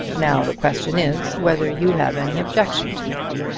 now the question is, whether you have any objection to make?